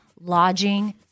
lodging